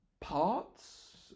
parts